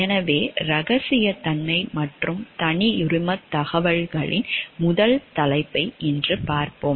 எனவே இரகசியத்தன்மை மற்றும் தனியுரிமத் தகவல்களின் முதல் தலைப்பை இன்று பார்ப்போம்